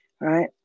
right